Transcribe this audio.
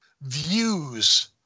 views